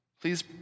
Please